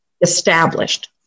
established